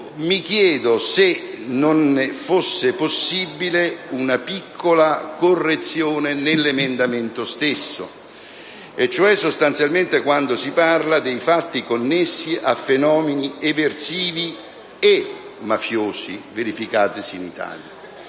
mi chiedo se non sia possibile una piccola correzione dell'emendamento stesso, sostanzialmente quando si parla dei «fatti connessi a fenomeni eversivi e mafiosi verificatisi in Italia».